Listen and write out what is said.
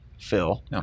Phil